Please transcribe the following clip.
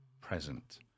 present